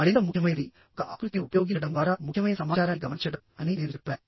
మరింత ముఖ్యమైనది ఒక ఆకృతిని ఉపయోగించడం ద్వారా ముఖ్యమైన సమాచారాన్ని గమనించడం అని నేను చెప్పాను